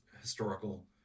historical